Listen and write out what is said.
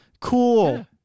Cool